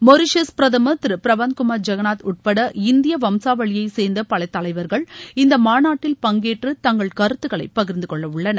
Mauritius பிரதமர் திரு பிரவாந்த் குமார் ஐகந்நாத் உட்பட இந்திய வம்சாவளியை சேர்ந்த பல தலைவர்கள் இந்த மாநாட்டில் பங்கேற்று தங்கள் கருத்துக்களை பகிர்ந்துகொள்ளவுள்ளனர்